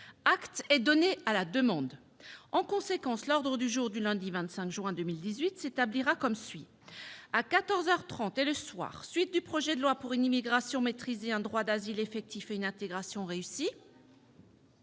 Acte est donné de cette demande. En conséquence, l'ordre du jour du lundi 25 juin 2018 s'établira comme suit :- Suite du projet de loi pour une immigration maîtrisée, un droit d'asile effectif et une intégration réussie.